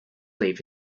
leave